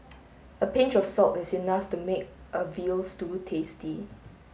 a pinch of salt is enough to make a veal stew tasty